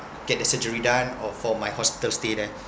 get the surgery done or for my hospital stay there